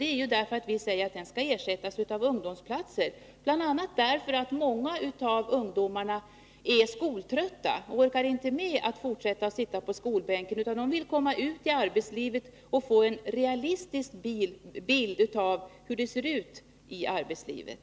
Jo, det är därför att vi vill att den skall ersättas av ungdomsplatser, bl.a. därför att många av ungdomarna är skoltrötta och inte orkar fortsätta att sitta på skolbänken. De vill komma ut i arbetslivet och få en realistisk bild av hur det ser ut i arbetslivet.